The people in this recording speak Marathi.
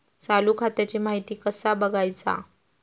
चालू खात्याची माहिती कसा बगायचा?